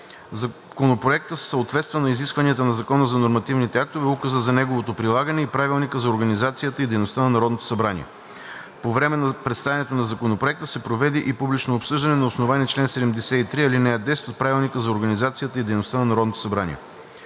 Законопроектът съответства на изискванията на Закона за нормативните актове, Указа за неговото прилагане и Правилника за организацията и дейността на Народното събрание. По време на представянето на Законопроекта се проведе и публично обсъждане на основание чл. 73, ал. 10 от Правилника за организацията и дейността на Народното събрание.